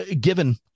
given